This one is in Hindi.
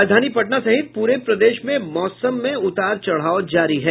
राजधानी पटना सहित पूरे प्रदेश में मौसम ने उतार चढ़ाव जारी है